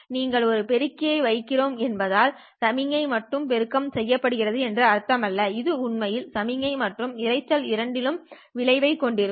நீங்கள் ஒரு பெருக்கியை வைக்கிறோம் என்பதால் சமிக்ஞை மட்டுமே பெருக்கம் செய்யப்படுகிறது என்று அர்த்தமல்ல இது உண்மையில் சமிக்ஞை மற்றும் இரைச்சல் இரண்டிலும் விளைவைக் கொண்டிருக்கிறது